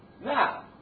Now